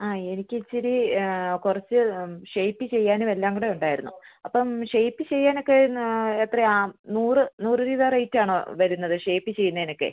ആ എനിക്ക് ഇച്ചിരി കുറച്ച് ഷേപ്പ് ചെയ്യാനും എല്ലാം കൂടെ ഉണ്ടായിരുന്നു അപ്പോള് ഷേപ്പ് ചെയ്യാൻ ഒക്കെ എത്രയാ നൂറ് നൂറ് രൂപ റേറ്റ് ആണോ വരുന്നത് ഷേപ്പ് ചെയ്യുന്നതിനൊക്കെ